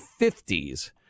50s